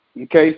Okay